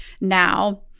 now